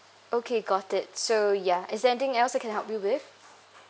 okay got it so ya is there anything else I can help you with